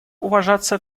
уважаться